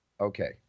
Okay